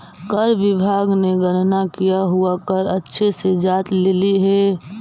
कर विभाग ने गणना किया हुआ कर अच्छे से जांच लेली हे